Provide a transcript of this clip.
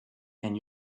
and